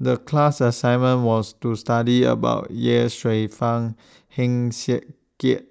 The class assignment was to study about Ye Shufang Heng Swee Keat